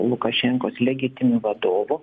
lukašenkos legitimiu vadovu